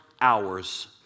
hours